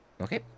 Okay